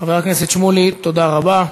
חבר הכנסת שמולי, תודה רבה.